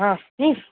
હા